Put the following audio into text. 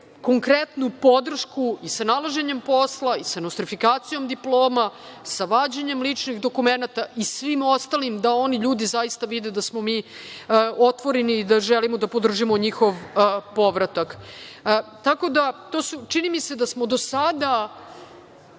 konkretnu podršku i sa nalaženjem posla i sa nostrifikacijom diploma, sa vađenjem ličnih dokumenata i svim ostalim, da oni ljudi zaista vide da smo mi otvoreni i da želimo da podržimo njihov povratak. Čini mi se da smo do sada